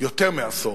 יותר מעשור